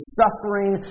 suffering